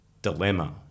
dilemma